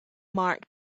mark